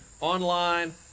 online